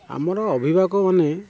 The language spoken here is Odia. ଆମର ଅଭିଭାବକ ମାନେ